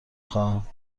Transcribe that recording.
خواهم